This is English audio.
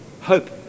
Hope